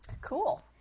Cool